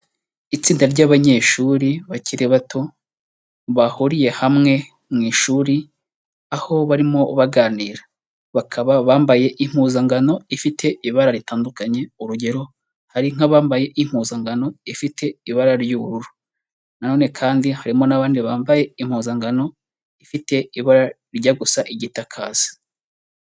Itsinda ry'abanyeshuri bakiri bato bahuriye hamwe mu ishuri aho barimo baganira, bakaba bambaye impuzangano ifite ibara ritandukanye, urugero hari nk'abambaye impuzangano ifite ibara ry'ubururu, na none kandi harimo n'abandi bambaye impuzangano ifite ibara rijya gusa igitakazi.